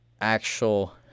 actual